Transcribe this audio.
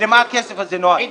למה הכסף הזה נועד?